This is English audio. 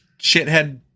shithead